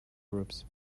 groups